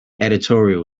editorial